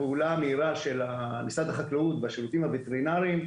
הפעולה המהירה של משרד החקלאות והשירותים הווטרינריים,